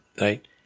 Right